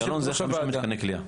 איילון זה חמישה מתקני כליאה.